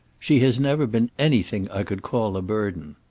she has never been anything i could call a burden.